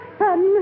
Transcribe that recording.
fun